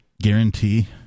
guarantee